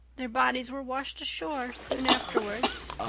their bodies were washed ashore soon afterwards.